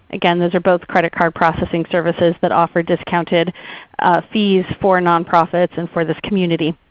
again those are both credit card processing services that offer discounted fees for nonprofits and for this community.